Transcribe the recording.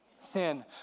Sin